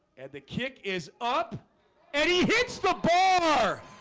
had the kick is up and he hits the ball.